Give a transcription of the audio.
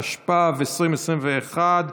התשפ"ב2021 ,